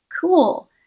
cool